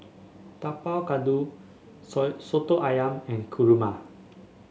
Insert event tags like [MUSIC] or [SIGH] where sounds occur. Tapak Kuda [UNINTELLIGIBLE] soto ayam and kurma